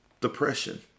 depression